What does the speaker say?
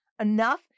enough